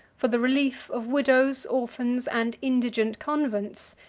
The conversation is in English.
for the relief of widows, orphans, and indigent convents,